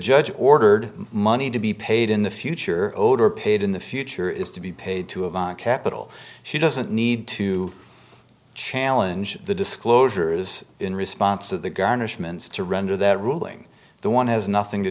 judge ordered money to be paid in the future owed are paid in the future is to be paid to have on capital she doesn't need to challenge the disclosure is in response to the garnishments to render that ruling the one has nothing to